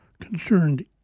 concerned